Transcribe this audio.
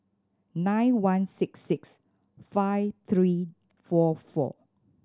nine one six six five three four four